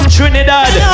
Trinidad